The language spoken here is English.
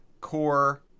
core